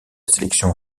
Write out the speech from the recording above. sélection